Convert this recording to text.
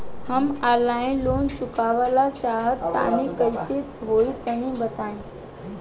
हम online loan चुकावल चाहऽ तनि कइसे होई तनि बताई?